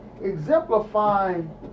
exemplifying